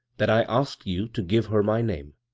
that i asked you to give her my name.